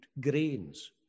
grains